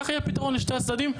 וכך יהיה פתרון לשני הצדדים,